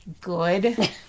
good